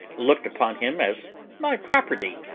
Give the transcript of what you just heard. looked upon him as my property,